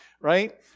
right